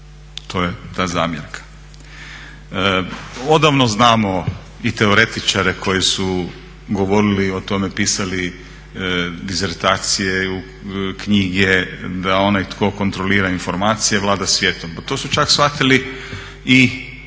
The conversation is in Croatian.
To je ta zamjerka. Odavno znamo i teoretičare koji su govorili i o tome pisali disertacije, knjige da onaj tko kontrolira informacije vlada svijetom. Pa to su čak shvatili i